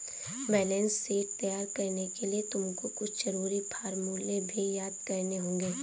balance sheet तैयार करने के लिए तुमको कुछ जरूरी फॉर्मूले भी याद करने होंगे